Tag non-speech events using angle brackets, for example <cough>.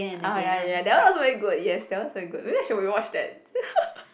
ah ya ya ya that one also very good yes that one is very good maybe I should rewatch that <laughs>